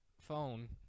phone